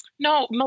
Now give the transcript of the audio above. No